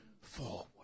forward